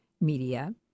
media